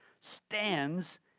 stands